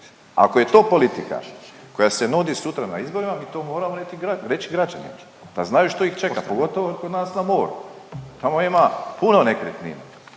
Ako je to politika koja se nudi sutra na izborima, mi to moramo reći građanima da znaju što ih čeka, pogotovo kod nas na moru. Tamo ima puno nekretnina